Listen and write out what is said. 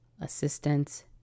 assistance